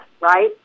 right